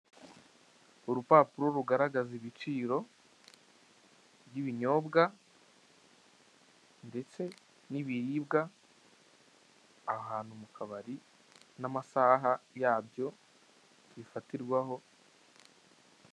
Urupapuro rugaragaza ibiciro by'ibinyobwa ndetse n'ibiribwa ahantu mu kabari n'amasaaha yabyo bifatirwaho.